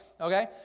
Okay